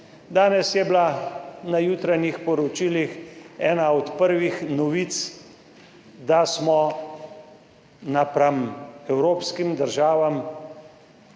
Danes je bila na jutranjih poročilih ena od prvih novic, da smo napram evropskim državam